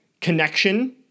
connection